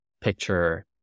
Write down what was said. picture